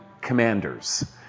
commanders